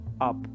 up